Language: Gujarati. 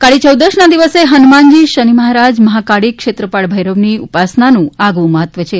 કાળી ચૌદશના દિવસે હનુમાનજી શનિ મહારાજ મહાકાળી ક્ષેત્રપાળ ભૈરવની ઉપાસનાનું આગવું મહત્વ છે